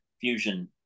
fusion